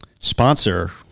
sponsor